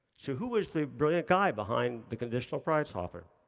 so who is the brilliant guy behind the conditional price offer?